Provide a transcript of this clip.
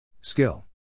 Skill